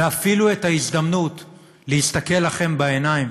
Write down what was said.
ואפילו את ההזדמנות להסתכל לכם בעיניים